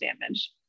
damage